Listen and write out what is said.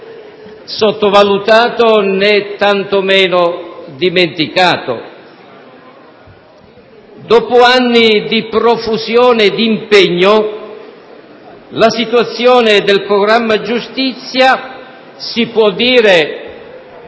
sottovalutato né tanto meno dimenticato. Dopo anni di profusione d'impegno, la situazione del programma giustizia si può dire,